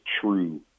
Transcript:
true